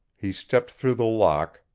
he stepped through the lock,